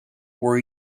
where